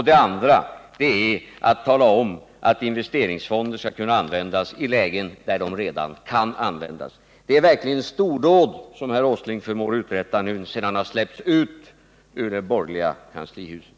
Det andra är att man talar om att investeringsfonder skall kunna användas i lägen där man redan vet att de kan användas. Det är verkligen stordåd som herr Åsling förmår uträtta nu, sedan han släppts ut ur det borgerliga kanslihuset!